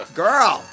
girl